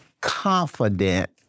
confident